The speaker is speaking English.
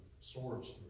swords